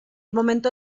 momento